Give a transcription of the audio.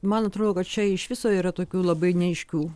man atrodo kad čia iš viso yra tokių labai neaiškių